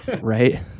Right